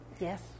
Yes